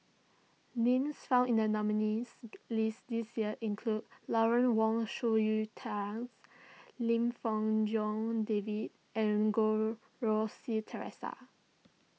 names found in the nominees' list this year include Lawrence Wong Shyun Lim Fong Jock David and Goh Rui Si theresa